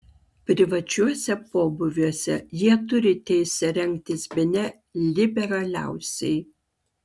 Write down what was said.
privačiuose pobūviuose jie turi teisę rengtis bene liberaliausiai